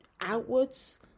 Outwards